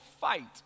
Fight